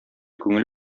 күңел